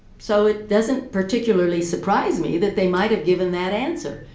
so it doesn't particularly surprise me that they might have given that answer,